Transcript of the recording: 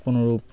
কোনোরূপ